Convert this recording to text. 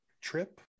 trip